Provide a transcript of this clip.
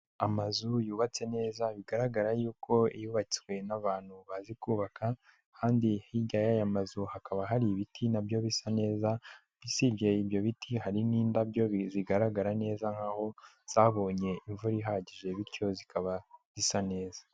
Amazu yubatse neza bigaragara yuko yubatswe n'abantu bazi kubaka kandi hirya y'aya mazu hakaba hari ibiti nabyo bisa neza. Uisibye ibyo biti hari n'indabyo zigaragara neza nk'aho zabonye imvura ihagije bityo zikaba zisa neza.